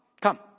come